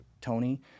Tony